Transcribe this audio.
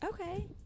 Okay